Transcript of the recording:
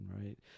right